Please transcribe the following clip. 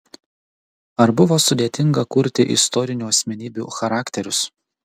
ar buvo sudėtinga kurti istorinių asmenybių charakterius